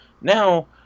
Now